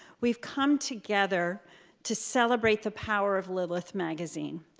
we've come together to celebrate the power of lilith magazine,